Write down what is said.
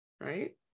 right